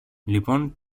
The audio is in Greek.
λοιπόν